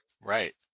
Right